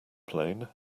plane